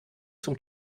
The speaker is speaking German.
zum